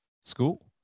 school